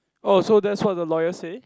oh so that's what the lawyer say